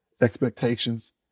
expectations